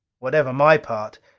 whatever my part,